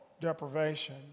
deprivation